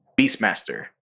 Beastmaster